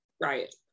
Right